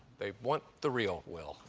they want the real will.